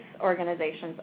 organizations